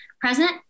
present